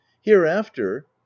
hereafter